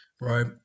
right